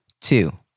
Two